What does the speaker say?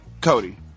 Cody